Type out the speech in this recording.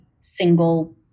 single